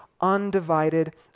undivided